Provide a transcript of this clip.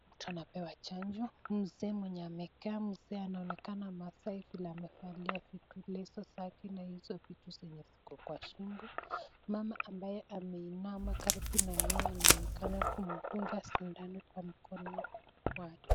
Mtu anapewa chanjo. Mzee mwenye amekaa, mzee anaonekana Maasai vile amevalia leso safi na hizo vitu zenye ziko kwa shingo. Mama ambaye ameinama karibu naye anaonekana kumdunga sindano kwa mkono wake.